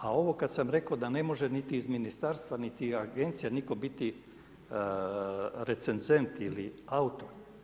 A ovo kada sam rekao da ne može niti iz ministarstva niti agencija, nitko biti recenzent ili autor.